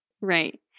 Right